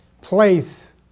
place